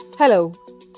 Hello